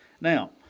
Now